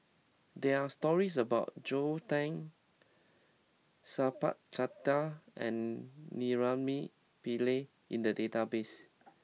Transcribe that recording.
there are stories about Joel Tan Sat Pal Khattar and Naraina Pillai in the database